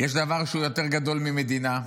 יש דבר שהוא יותר גדול ממדינה.